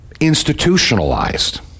institutionalized